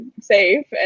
safe